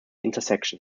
intersection